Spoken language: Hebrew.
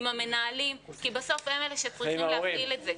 עם המנהלים ועם ההורים כי בסוף הם אלה שצריכים להפעיל את זה.